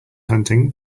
hunting